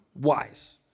wise